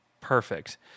perfect